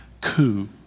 coup